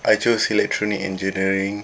I chose electronic engineering